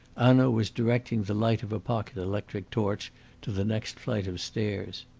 hanaud was directing the light of a pocket electric torch to the next flight of stairs.